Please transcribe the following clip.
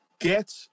Get